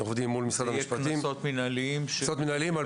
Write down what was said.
קנסות מנהליים בחקיקה?